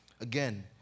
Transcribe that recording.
Again